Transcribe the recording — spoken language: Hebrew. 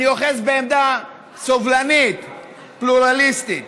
אני אוחז בעמדה סובלנית פלורליסטית.